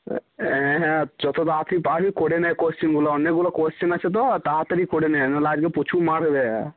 হ্যাঁ হ্যাঁ যতো তাড়াতাড়ি পারবি করে নে কোশ্চেনগুলো অনেকগুলো কোশ্চেন আছে তো তাড়াতাড়ি করে নে নাহলে আজকে প্রচুর মারবে